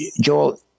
Joel